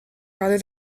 rather